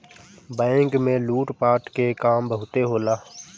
bank में लूट पाट के काम बहुते होला